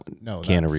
no